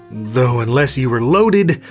though, unless you were loaded,